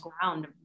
ground